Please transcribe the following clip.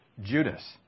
Judas